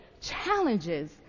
challenges